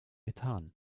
methan